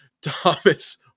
Thomas